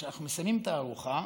כשאנחנו מסיימים את הארוחה,